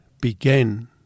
began